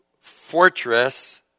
fortress